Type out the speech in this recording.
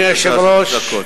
בבקשה, שלוש דקות.